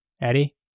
Eddie